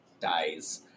dies